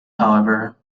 however